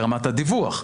לרמת הדיווח,